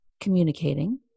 communicating